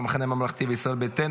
המחנה הממלכתי וישראל ביתנו.